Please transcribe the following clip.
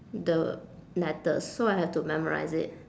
the letters so I have to memorise it